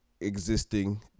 existing